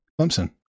clemson